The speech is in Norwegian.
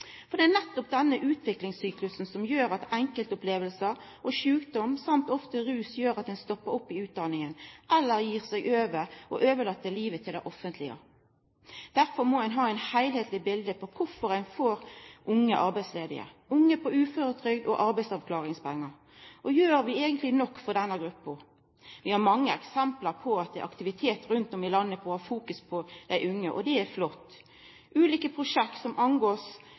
gjer at enkeltopplevingar, sjukdom og ofte rus gjer at ein stoppar opp i utdanninga, eller gir seg over og overlèt livet til det offentlege. Derfor må ein ha eit heilskapleg bilete på kvifor ein får unge arbeidslause, unge på uføretrygd og arbeidsavklaringspengar. Gjer vi eigentleg nok for denne gruppa? Vi har mange eksempel på at det er aktivitet rundt om i landet med fokus på dei unge, og det er flott – ulike prosjekt som